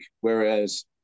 whereas